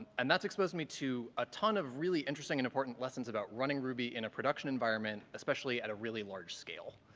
and that's exposed me to a ton of really interesting and important lessons about running ruby in a production environment, especially at a really large scale.